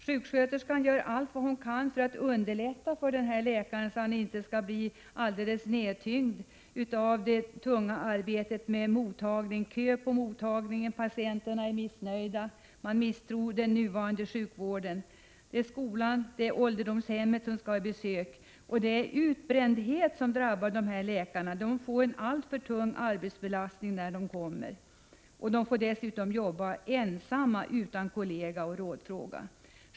Sjuksköterskan gör allt vad hon kan för att underlätta verksamheten för denna läkare, så att han inte skall bli alldeles nedtyngd av det tunga arbetet på mottagningen. Det är kö till mottagningen, patienterna är missnöjda och man misstror den nuvarande sjukvården. Skolan och ålderdomshemmet skall också ha besök. Dessa läkare drabbas av utbrändhet. De får en alltför tung arbetsbelastning. Dessutom får de arbeta ensamma, utan kolleger att rådfråga.